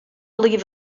leave